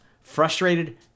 frustrated